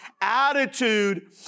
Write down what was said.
attitude